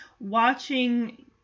watching